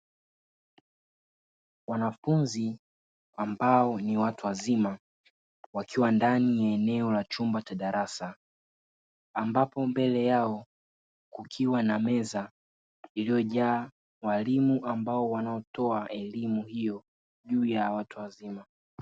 Wanafunzi ambao ni watu wazima wakiwa ndani ya eneo la chumba cha darasa, ambapo mbele yao kukiwa na meza iliyojaa walimu ambao wanatoa elimu hiyo juu ya watu wazima.